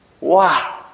Wow